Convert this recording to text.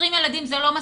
20 ילדים זה לא מספיק,